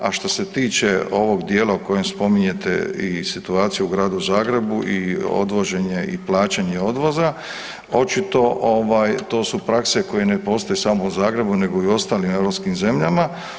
A što se tiče ovog dijela u kojem spominjete i situaciju u Gradu Zagrebu i odvoženje i plaćanje odvoza, očito to su prakse koje ne postoje samo u Zagrebu nego i u ostalim europskim zemljama.